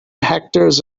hectares